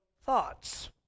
thoughts